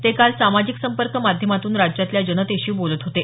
ते काल सामाजिक संपर्क माध्यमांतून राज्यातल्या जनतेशी बोलत होते